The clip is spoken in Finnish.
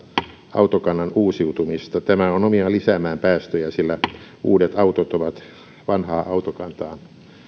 autokannan uusiutumista tämä on omiaan lisäämään päästöjä sillä uudet autot ovat vanhaa autokantaa